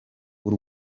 w’u